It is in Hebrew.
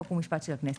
חוק ומשפט של הכנסת,